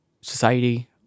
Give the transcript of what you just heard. society